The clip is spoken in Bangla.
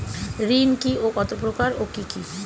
ঋণ কি ও কত প্রকার ও কি কি?